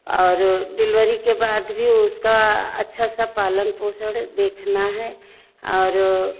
और डिलवरी के बाद भी उसका अच्छा सा पालन पोषण देखना है और